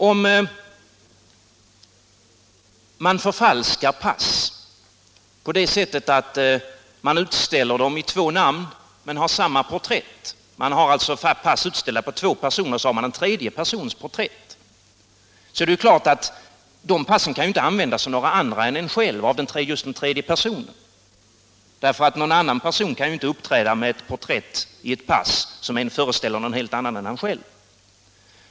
Om man förfalskar pass på det sättet att man utställer två pass i två olika namn men har samma porträtt — man har alltså pass utställda på två personer, med en tredje persons porträtt — är det klart att de passen inte kan användas av några andra än just den tredje personen. En person kan ju inte uppträda med ett porträtt i ett pass som föreställer någon helt annan än personen själv.